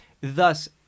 Thus